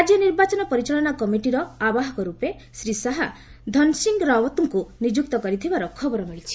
ରାଜ୍ୟ ନିର୍ବାଚନ ପରିଚାଳନା କମିଟିର ଆବାହକ ରୂପେ ଶ୍ରୀ ଶାହା ଧନ୍ ସିଂହ ରାଓ୍ୱତଙ୍କୁ ନିଯୁକ୍ତ କରିଥିବାର ଖବର ମିଳିଛି